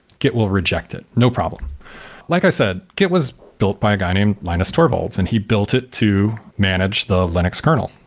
git will reject it. no problem like i said, git was built by a guy named linus torvalds, and he built it to manage the linux kernel.